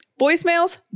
voicemails